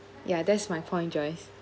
ya that's my point joyce